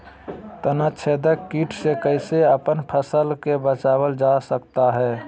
तनाछेदक किट से कैसे अपन फसल के बचाया जा सकता हैं?